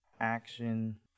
action